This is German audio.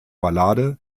ballade